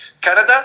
Canada